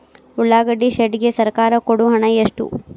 ಉಳ್ಳಾಗಡ್ಡಿ ಶೆಡ್ ಗೆ ಸರ್ಕಾರ ಕೊಡು ಹಣ ಎಷ್ಟು?